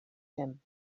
him